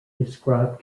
described